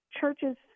Churches